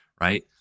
right